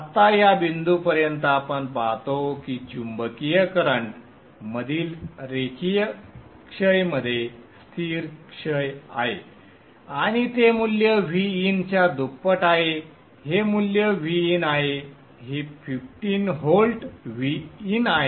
आता या बिंदूपर्यंत आपण पाहतो की चुंबकीय करंट मधील रेखीय क्षय मध्ये स्थिर क्षय आहे आणि ते मूल्य Vin च्या दुप्पट आहे हे मूल्य Vin आहे हे 15 व्होल्ट Vin आहे